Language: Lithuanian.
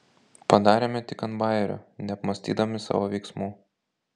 padarėme tik ant bajerio neapmąstydami savo veiksmų